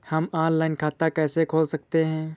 हम ऑनलाइन खाता कैसे खोल सकते हैं?